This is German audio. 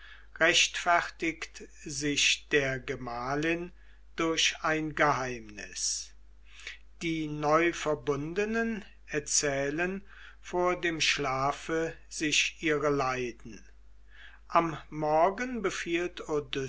rechtfertigt sich der gemahlin durch ein geheimnis die neuverbundenen erzählen vor dem schlafe sich ihre leiden am morgen befiehlt